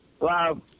Wow